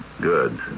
Good